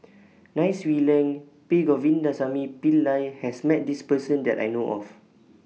Nai Swee Leng P Govindasamy Pillai has Met This Person that I know of